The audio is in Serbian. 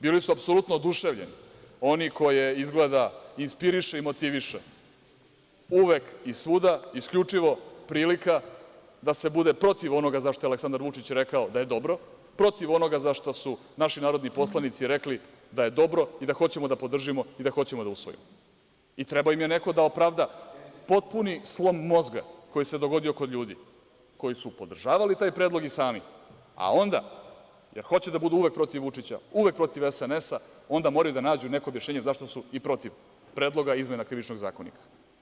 Bili su apsolutno oduševljeni oni koje izgleda inspiriše i motiviše uvek i svuda isključivo prilika da se bude protiv onoga za šta je Aleksandar Vučić rekao da je dobro, protiv onoga za šta su naši narodni poslanici rekli da je dobro i da hoćemo da podržimo i da hoćemo da usvojimo i trebao im je neko da opravda potpuni slom mozga koji se dogodio kod ljudi koji su podržavali taj predlog i sami, a onda, jer hoće uvek da budu protiv Vučića, uvek protiv SNS, onda moraju da nađu neko objašnjenje zašto su i protiv Predloga izmena Krivičnog zakonika.